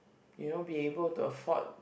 you know be able to afford